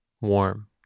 warm